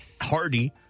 Hardy